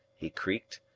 he creaked,